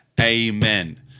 amen